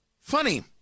Funny